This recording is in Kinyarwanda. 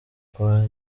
kwa